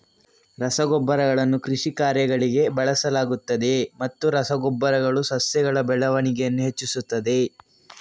ರಸಗೊಬ್ಬರಗಳನ್ನು ಕೃಷಿ ಕಾರ್ಯಗಳಿಗೆ ಬಳಸಲಾಗುತ್ತದೆಯೇ ಮತ್ತು ರಸ ಗೊಬ್ಬರಗಳು ಸಸ್ಯಗಳ ಬೆಳವಣಿಗೆಯನ್ನು ಹೆಚ್ಚಿಸುತ್ತದೆಯೇ?